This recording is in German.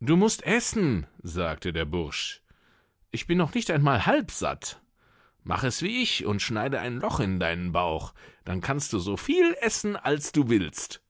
du musst essen sagte der bursch ich bin noch nicht einmal halb satt mach es wie ich und schneide ein loch in deinen bauch dann kannst du so viel essen als du willst